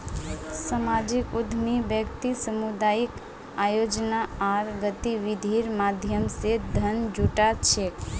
सामाजिक उद्यमी व्यक्ति सामुदायिक आयोजना आर गतिविधिर माध्यम स धन जुटा छेक